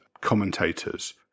commentators